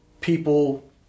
people